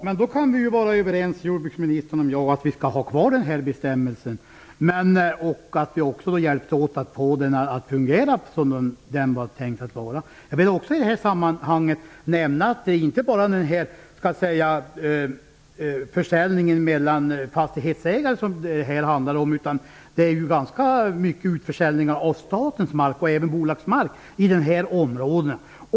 Herr talman! Då är jordbruksministern och jag överens om att vi skall ha kvar den här bestämmelsen. Vi får hjälpas åt att få den att fungera som det var tänkt. I det här sammanhanget vill jag också nämna att det inte bara är försäljningen mellan fastighetsägare som det handlar om. Det handlar också om ganska många utförsäljningar av statens mark, och även bolagsmark, i dessa områden.